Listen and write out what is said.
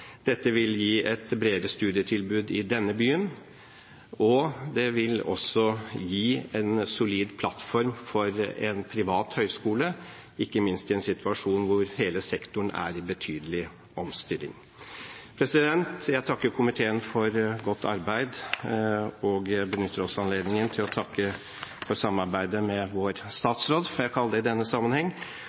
Dette vil gi et bredere studietilbud i denne byen, og det vil også gi en solid plattform for en privat høyskole, ikke minst i en situasjon hvor hele sektoren er i betydelig omstilling. Jeg takker komiteen for godt arbeid og benytter også anledningen til å takke for samarbeidet med vår statsråd, får jeg kalle det i denne sammenheng.